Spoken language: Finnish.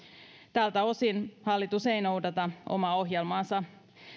tältä osin hallitus ei noudata omaa ohjelmaansa